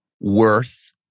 worth